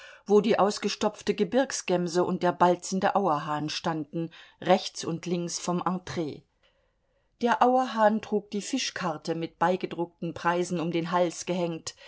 wo die ausgestopfte gebirgsgemse und der balzende auerhahn standen rechts und links vom entre der auerhahn trug die fischkarte mit beigedruckten preisen um den hals gehängt